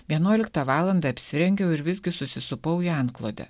vienuoliktą valandą apsirengiau ir visgi susisupau į antklodę